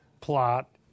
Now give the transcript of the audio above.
plot